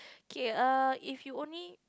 okay err if you only